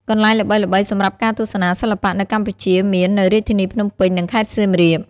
កន្លែងល្បីៗសម្រាប់ការទស្សនាសិល្បៈនៅកម្ពុជាមាន នៅរាជធានីភ្នំពេញ និងខេត្តសៀមរាប។